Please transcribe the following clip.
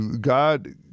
God